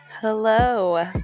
Hello